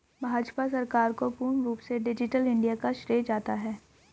भाजपा सरकार को पूर्ण रूप से डिजिटल इन्डिया का श्रेय जाता है